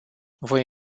voi